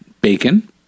bacon